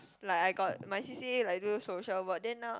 like I got my C_C_A like do social work then now